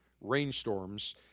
rainstorms